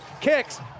kicks